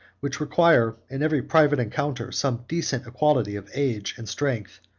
which require in every private encounter some decent equality of age and strength,